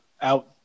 out